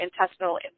intestinal